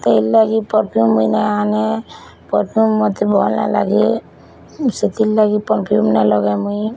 ହେତିରଲାଗି perfume ମୁଇଁ ନାଇଁ ଆନେ ପରଫ୍ୟୁମ୍ ମୋତେ ଭଲ୍ ନାଇଁ ଲାଗେ ସେଥିର୍ ଲାଗି ପରଫ୍ୟୁମ୍ ନାଇଁ ଲଗେଁ ମୁଇଁ